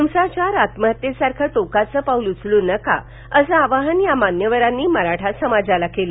हिंसाचार आत्महत्येसारखं टोकाचं पाऊल उचलू नका असं आवाहन या मान्यवरांनी मराठा समाजाला केलं